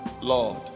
Lord